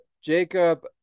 Jacob